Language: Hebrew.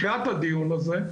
לקראת הדיון הזה.